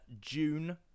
june